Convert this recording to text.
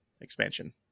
expansion